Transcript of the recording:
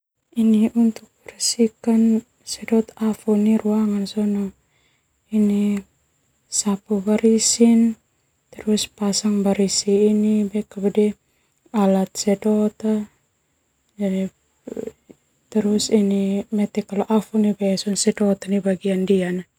Sedot afu nai ruangan sapu barisi pasang barisi alat sedot mete afu nai be sona sedot nai ndia.